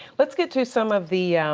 let's get to some of the,